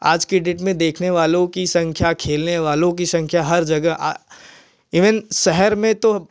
आज की डेट में देखने वालों की संख्या खेलने वालों की संख्या हर जगह आ इवन शहर में तो